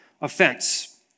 offense